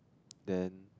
then